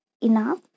enough